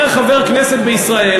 אומר חבר כנסת בישראל,